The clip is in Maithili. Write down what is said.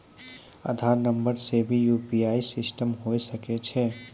आधार नंबर से भी यु.पी.आई सिस्टम होय सकैय छै?